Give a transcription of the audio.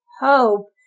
hope